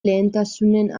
lehentasunen